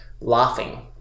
laughing